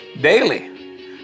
Daily